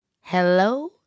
hello